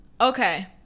Okay